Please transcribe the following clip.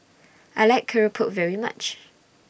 I like Keropok very much